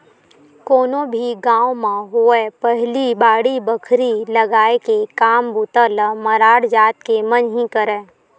कोनो भी गाँव म होवय पहिली बाड़ी बखरी लगाय के काम बूता ल मरार जात के मन ही करय